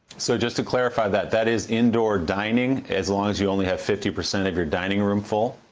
so just to clarify that, that is indoor dineing as long as you only have fifty percent of your dining room full?